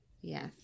yes